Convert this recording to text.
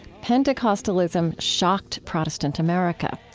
pentecostalism shocked protestant america.